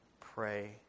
pray